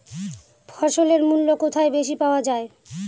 ফসলের মূল্য কোথায় বেশি পাওয়া যায়?